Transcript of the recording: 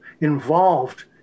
involved